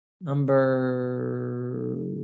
number